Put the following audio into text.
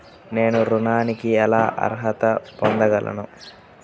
నేను ఋణానికి ఎలా అర్హత పొందగలను?